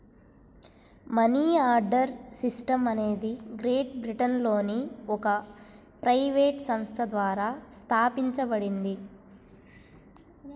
money order system అనేది great బ్రిటన్లోని ఒక ప్రైవేట్ సంస్థ ద్వారా స్థాపించబడింది